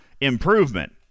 improvement